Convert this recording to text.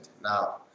Now